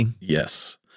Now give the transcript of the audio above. Yes